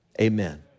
Amen